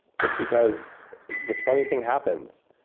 just because this funny thing happens.